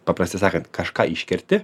paprastai sakant kažką iškerti